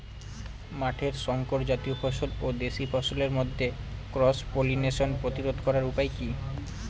মাঠের শংকর জাতীয় ফসল ও দেশি ফসলের মধ্যে ক্রস পলিনেশন প্রতিরোধ করার উপায় কি?